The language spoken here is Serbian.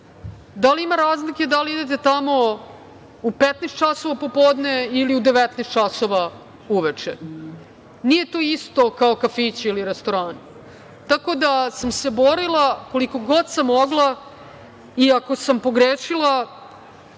Da li ima razlike da li idete tamo u 15.00 časova popodne ili u 19.00 časova uveče. Nije to isto kao kafići ili restorani. Tako da sam se borila koliko god sam mogla i ako sam pogrešila